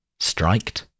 striked